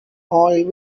oiled